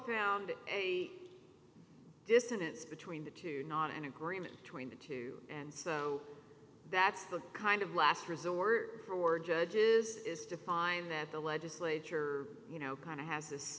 eight dissonance between the two not an agreement between the two and so that's the kind of last resort for judges is to find that the legislature you know kind of has this